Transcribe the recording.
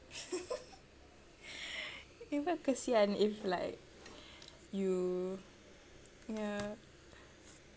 eh but kesian if like you ya